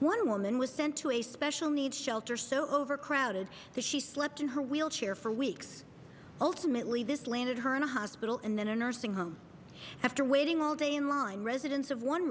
one woman was sent to a special needs shelter so overcrowded that she slept in her wheelchair for weeks ultimately this landed her in a hospital and then a nursing home after waiting all day in line residents of one